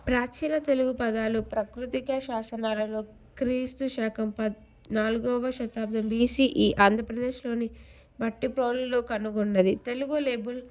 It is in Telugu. ప్రాచీన తెలుగు పదాలు ప్రకృతికే శాసనాలలో క్రీస్తు శాకం పద్నాలుగోవ శతాబ్దం బీసిఈ ఆంధ్రప్రదేశ్లోని మట్టి పౌలులో కనుగొన్నది తెలుగు లేబుల్